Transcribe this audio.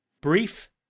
brief